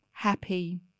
happy